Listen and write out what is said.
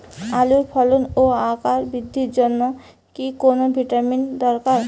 আলুর ফলন ও আকার বৃদ্ধির জন্য কি কোনো ভিটামিন দরকার হবে?